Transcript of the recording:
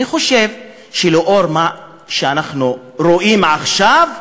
אני חושב, לאור מה שאנחנו רואים עכשיו,